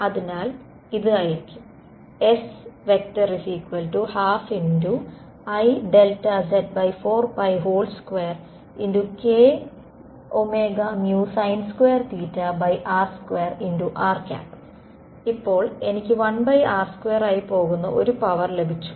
അതിനാൽ ഇത് ആയിരിക്കും S12Iz42k sin2r2r ഇപ്പോൾ എനിക്ക് 1r2 ആയി പോകുന്ന ഒരു പവർ ലഭിച്ചു